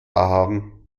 haben